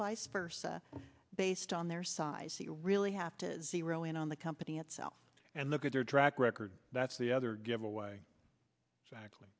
vice versa based on their size so you really have to zero in on the company itself and look at their track record that's the other giveaway exactly